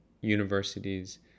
universities